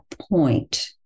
point